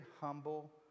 humble